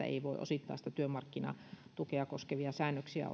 ei voi ottaa käyttöön osittaista työmarkkinatukea koskevia säännöksiä